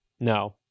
No